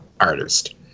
artist